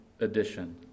edition